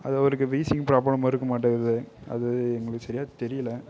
அவருக்கு wheezing problem இருக்கும் மாட்டுக்குது அது எங்களுக்கு சரியாக தெரியல